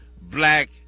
black